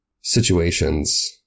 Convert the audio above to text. situations